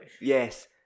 Yes